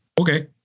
okay